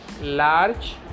large